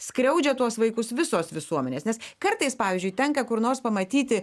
skriaudžia tuos vaikus visos visuomenės nes kartais pavyzdžiui tenka kur nors pamatyti